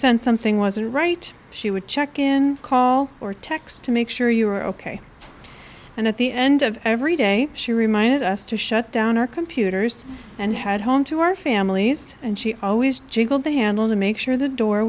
sensed something wasn't right she would check in call or text to make sure you were ok and at the end of every day she reminded us to shut down our computers and head home to our families and she always juggled the handle to make sure the door